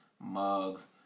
mugs